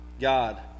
God